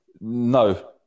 No